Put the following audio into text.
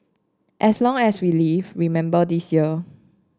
as long as we live remember this year